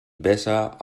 besa